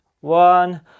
one